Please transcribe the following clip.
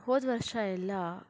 ಹೋದ ವರ್ಷ ಎಲ್ಲ